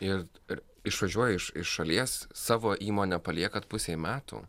ir ir išvažiuoji iš iš šalies savo įmonę paliekat pusei metų